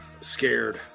scared